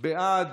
בעד,